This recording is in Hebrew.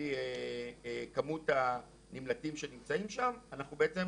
לפי כמות הנמלטים שנמצאים שם, ואנחנו בעצם